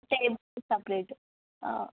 tables separate okay